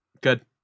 Good